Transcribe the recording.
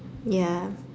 ya